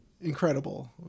incredible